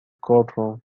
courtroom